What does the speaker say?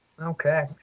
okay